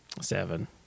Seven